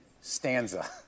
stanza